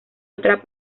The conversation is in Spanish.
otra